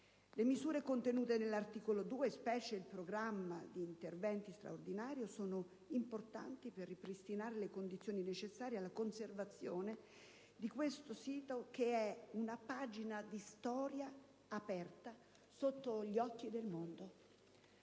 Le misure contenute nell'articolo 2, specie il programma di interventi straordinari, sono importanti per ripristinare le condizioni necessarie alla conservazione di questo sito, che è una pagina di storia aperta sotto gli occhi del mondo.